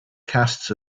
casts